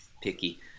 picky